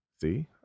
See